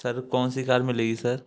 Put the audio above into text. sir कौन सी car मिलेगी सर